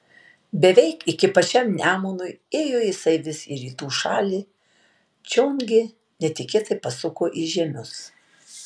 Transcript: beveik iki pačiam nemunui ėjo jisai vis į rytų šalį čion gi netikėtai pasuko į žiemius